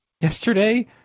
yesterday